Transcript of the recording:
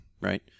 Right